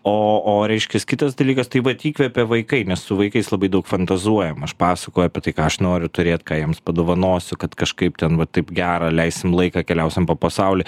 o o reiškias kitas dalykas tai vat įkvepia vaikai nes su vaikais labai daug fantazuojam aš pasakoju apie tai ką aš noriu turėt ką jiems padovanosiu kad kažkaip ten va taip gera leisim laiką keliausim po pasaulį